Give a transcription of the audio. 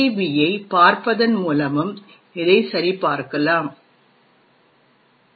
பியைப் பார்ப்பதன் மூலமும் இதைச் சரிபார்க்கலாம் ஈ